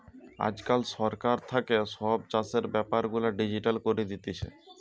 আজকাল সরকার থাকে সব চাষের বেপার গুলা ডিজিটাল করি দিতেছে